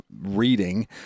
reading